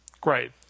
Great